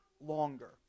longer